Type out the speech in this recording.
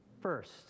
first